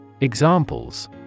Examples